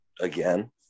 Again